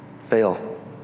fail